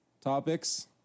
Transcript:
topics